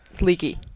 Leaky